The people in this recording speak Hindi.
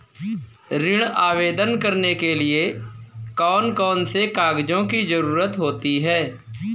ऋण आवेदन करने के लिए कौन कौन से कागजों की जरूरत होती है?